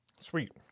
Sweet